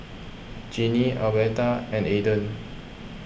Jeanine Albertha and Aiden